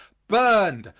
burned,